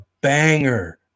banger